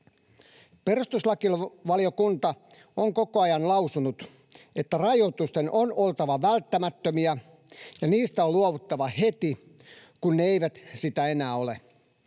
Perustuslakivaliokunta on koko ajan lausunut, että rajoitusten on oltava välttämättömiä ja niistä on luovuttava heti, kun ne eivät sitä enää ole.